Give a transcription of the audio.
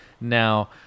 now